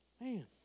Man